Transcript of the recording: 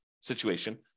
situation